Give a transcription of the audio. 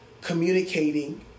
communicating